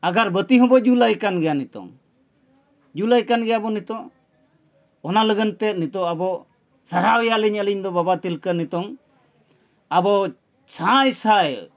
ᱟᱜᱟᱨ ᱵᱟᱹᱛᱤ ᱦᱚᱸᱵᱚ ᱡᱩᱞᱟᱭ ᱠᱟᱱ ᱜᱮᱭᱟ ᱱᱤᱛᱚᱝ ᱡᱩᱞᱟᱭ ᱠᱟᱱ ᱜᱮᱭᱟ ᱵᱚ ᱱᱤᱛᱳᱜ ᱚᱱᱟ ᱞᱟᱹᱜᱤᱫ ᱛᱮ ᱱᱤᱛᱳᱜ ᱟᱵᱚ ᱥᱟᱨᱦᱟᱣ ᱮᱭᱟᱞᱤᱧ ᱟᱹᱞᱤᱧ ᱫᱚ ᱵᱟᱵᱟ ᱛᱤᱞᱠᱟᱹ ᱱᱤᱛᱚᱝ ᱟᱵᱚ ᱥᱟᱭ ᱥᱟᱭ